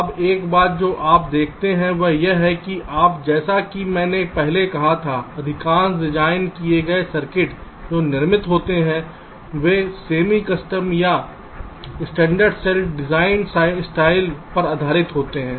अब एक बात जो आप देखते हैं वह यह है कि आज जैसा कि मैंने पहले कहा था अधिकांश डिजाइन किए गए सर्किट जो निर्मित होते हैं वे अर्ध कस्टम या मानक सेल डिज़ाइन शैली पर आधारित होते हैं